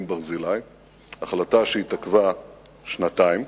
"ברזילי"; החלטה שהתעכבה שנתיים.